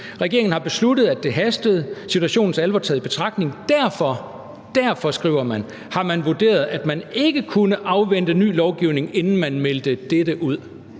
Regeringen har besluttet, at det hastede, situationens alvor taget i betragtning. Derfor har man vurderet, at man ikke kunne afvente ny lovgivning, inden man meldte dette ud.«